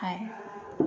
ꯍꯥꯏ